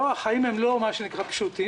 החיים הם לא פשוטים.